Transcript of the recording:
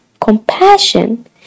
compassion